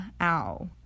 ow